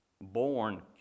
born